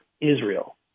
Israel